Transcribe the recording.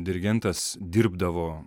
dirigentas dirbdavo